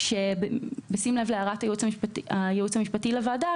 בשים לב להערת הייעוץ המשפטי לוועדה,